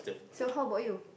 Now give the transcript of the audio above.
so how about you